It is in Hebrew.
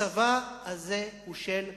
הצבא הזה הוא של כולנו,